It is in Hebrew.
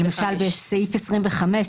למשל בסעיף 25,